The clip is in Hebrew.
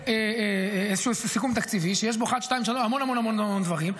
איזשהו סיכום תקציבי שיש בו המון דברים,